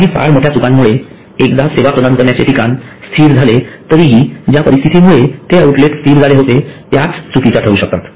काही फार मोठ्याचुकीमुळे एकदा सेवा प्रदान करण्याचे ठिकाण स्थिर झाले तरीही ज्या परिस्थीतीमुळे ते आऊटलेट स्थिर झाले होते त्याच चुकीच्या ठरू शकतात